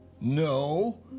No